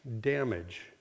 damage